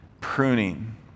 pruning